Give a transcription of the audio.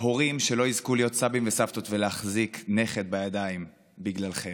הורים שלא יזכו להיות סבים וסבתות ולהחזיק נכד בידיים בגללכם,